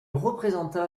représenta